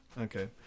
Okay